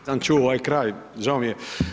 Nisam čuo ovaj kraj, žao mi je.